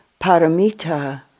paramita